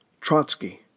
Trotsky